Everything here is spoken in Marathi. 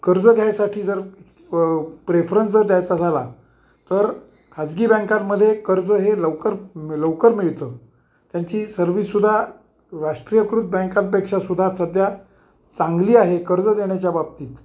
कर्ज घ्यायसाठी जर प प्रेफरन्स जर द्यायचा झाला तर खाजगी बँकांमध्ये कर्ज हे लवकर लवकर मिळतं त्यांची सर्विससुद्धा राष्ट्रीयकृत बँकापेक्षासुद्धा सध्या चांगली आहे कर्ज देण्याच्या बाबतीत